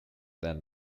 than